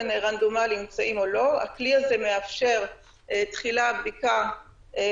הכלי חשוב מאוד לצורך החיוני שאנחנו נמצאים בו,